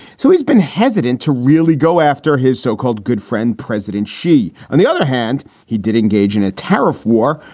so he's been hesitant to really go after his so-called good friend, president xi. on the other hand, he did engage in a tariff war,